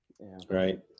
Right